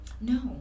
No